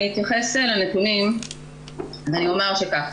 אני אתייחס לנתונים ואני אומר כך,